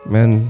Man